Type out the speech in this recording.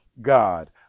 God